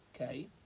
okay